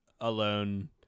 alone